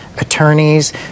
attorneys